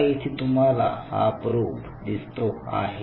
आता येथे तुम्हाला हा प्रोब दिसते आहे